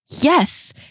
Yes